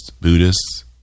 Buddhists